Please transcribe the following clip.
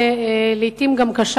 ולעתים גם קשה,